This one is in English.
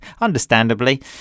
understandably